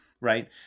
Right